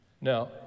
Now